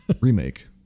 remake